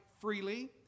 freely